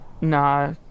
Nah